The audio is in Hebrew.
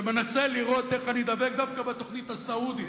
ומנסה לראות איך אני דבק דווקא בתוכנית הסעודית,